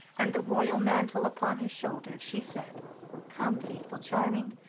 and the royal mantle upon his shoulders, she said come, faithful charming,